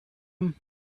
him